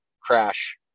crash